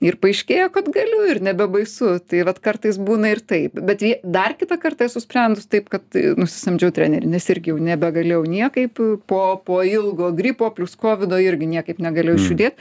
ir paaiškėjo kad galiu ir nebebaisu tai vat kartais būna ir taip bet vie dar kitą kartą esu sprendus taip kad nusisamdžiau trenerį nes irgi jau nebegalėjau niekaip po po ilgo gripo plius kovido irgi niekaip negalėjau išjudėt